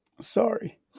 sorry